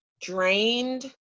drained